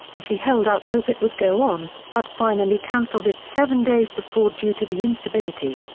and she held out hope it would go on, but finally cancelled it seven days before due to the instability.